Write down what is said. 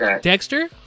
Dexter